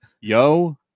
yo